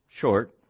short